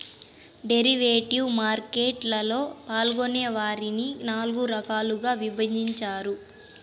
derivative market లలో పాల్గొనే వారిని నాల్గు రకాలుగా విభజించారు